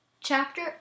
Chapter